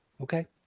Okay